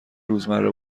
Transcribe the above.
روزمره